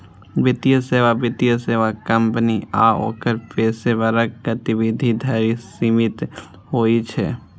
वित्तीय सेवा वित्तीय सेवा कंपनी आ ओकर पेशेवरक गतिविधि धरि सीमित होइ छै